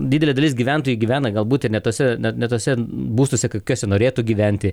didelė dalis gyventojų gyvena galbūt ir ne tose ne ne tose būstuose kokiuose norėtų gyventi